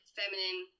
feminine